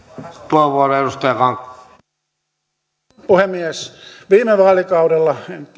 arvoisa puhemies viime vaalikaudella